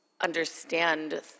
understand